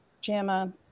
JAMA